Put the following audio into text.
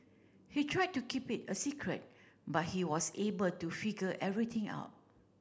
he tried to keep it a secret but he was able to figure everything out